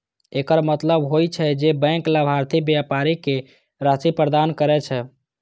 एकर मतलब होइ छै, जे बैंक लाभार्थी व्यापारी कें राशि प्रदान करै छै